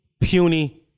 puny